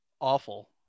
awful